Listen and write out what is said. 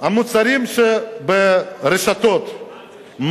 המוצרים שברשתות,